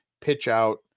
pitch-out